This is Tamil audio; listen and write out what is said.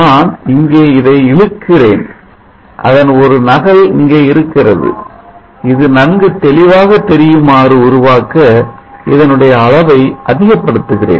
நான் இங்கே இதை இழுக்கிறேன் அதன் ஒரு நகல் இங்கே இருக்கிறது இது நன்கு தெளிவாக தெரியுமாறு உருவாக்க இதனுடைய அளவை அதிகப் படுத்துகிறேன்